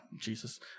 Jesus